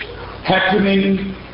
happening